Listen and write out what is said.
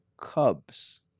Cubs